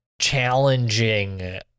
challenging